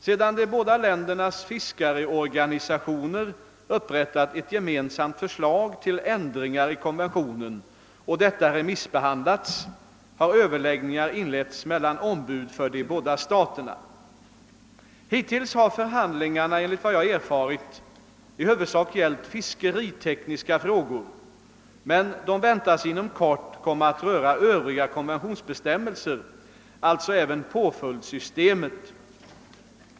Sedan de båda ländernas fiskarorganisationer upprättat ett gemensamt förslag till ändringar i konventionen och detta remissbehandlats, har överläggningar inletts mellan ombud för de båda staterna. Hittills har förhandlingarna, enligt vad jag erfarit, i huvudsak gällt fiskeritekniska frågor, men de väntas inom kort komma att röra övriga konventionsbestämmelser, alltså även påföljdssystemet.